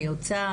מיוצג,